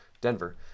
Denver